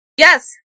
Yes